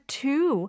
two